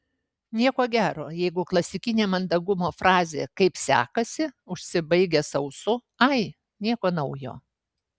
nieko gero jeigu klasikinė mandagumo frazė kaip sekasi užsibaigia sausu ai nieko naujo